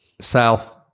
South